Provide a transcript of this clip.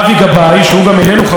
שהוא גם איננו חבר כנסת,